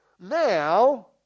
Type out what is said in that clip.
Now